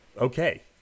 okay